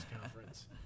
conference